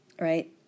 Right